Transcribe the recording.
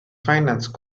finance